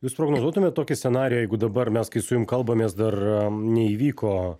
jūs prognozuotumėt tokį scenarijų jeigu dabar mes kai su jum kalbamės dar neįvyko